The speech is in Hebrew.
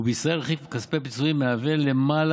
ובישראל רכיב כספי הפיצויים מהווה למעלה